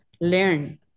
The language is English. learn